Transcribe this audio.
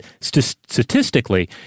statistically